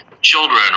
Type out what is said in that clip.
children